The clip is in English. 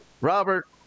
Robert